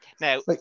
Now